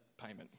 payment